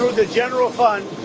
the general fund,